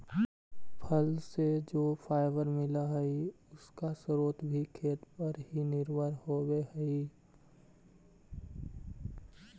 फल से जो फाइबर मिला हई, उसका स्रोत भी खेत पर ही निर्भर होवे हई